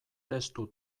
testu